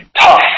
tough